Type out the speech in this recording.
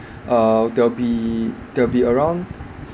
uh they'll be they'll be around